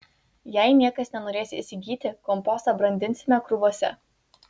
jei niekas nenorės įsigyti kompostą brandinsime krūvose